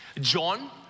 John